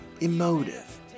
emotive